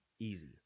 easy